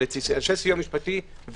של אנשי סיוע משפטי.